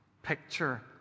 Picture